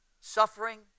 Suffering